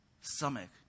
stomach